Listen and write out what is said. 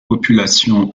populations